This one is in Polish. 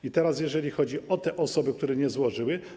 I teraz jeśli chodzi o te osoby, które nie złożyły.